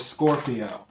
Scorpio